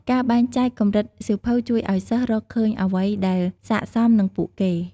ការបែងចែកកម្រិតសៀវភៅជួយឱ្យសិស្សរកឃើញអ្វីដែលស័ក្តិសមនឹងពួកគេ។